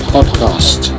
Podcast